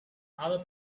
other